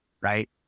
right